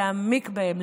להעמיק בהם,